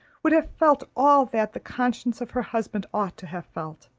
would have felt all that the conscience of her husband ought to have felt.